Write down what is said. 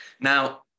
Now